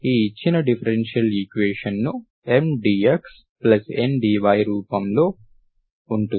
ఈ ఇచ్చిన differential equation ను M dxN dy0 రూపంలో ఉంటుంది